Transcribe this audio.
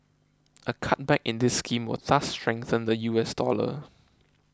a cutback in this scheme will thus strengthen the U S dollar